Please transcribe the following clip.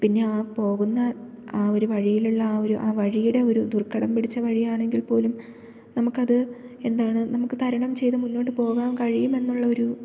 പിന്നെ ആ പോകുന്ന ആ ഒരു വഴിയിലുള്ള ആ ഒരു ആ വഴിയുടെ ഒരു ദുർഘടം പിടിച്ച വഴിയാണെങ്കിൽ പോലും നമുക്കത് എന്താണ് നമുക്ക് തരണം ചെയ്ത് മുന്നോട്ടുപോകാന് കഴിയും എന്നുള്ള ഒരു